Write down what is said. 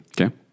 Okay